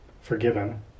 forgiven